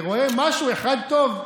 אמרתי שאני רואה משהו אחד טוב,